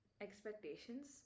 expectations